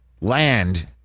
land